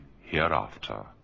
hereafter